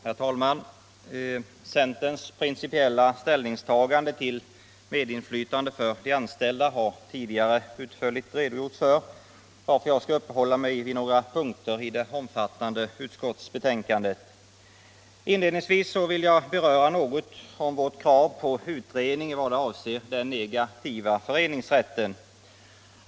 Herr talman! Centerns principiella ställningstagande till medinflytande för de anställda har andra talare tidigare utförligt redogjort för. Jag skall därför bara uppehålla mig vid några punkter i det omfattande utskottsbetänkandet. Inledningsvis vill jag något beröra vårt krav på utredning i vad avser den negativa föreningsrätten.